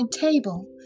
table